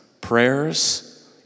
prayers